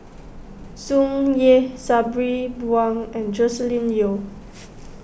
Tsung Yeh Sabri Buang and Joscelin Yeo